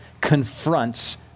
confronts